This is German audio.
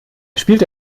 spielte